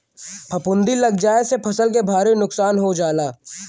फफूंदी लग जाये से फसल के भारी नुकसान हो जाला